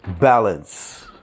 balance